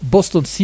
Boston